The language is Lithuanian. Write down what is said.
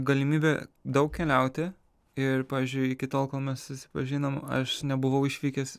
galimybę daug keliauti ir pavyzdžiui iki tol kol mes susipažinom aš nebuvau išvykęs